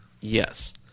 Yes